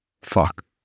fuck